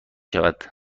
شود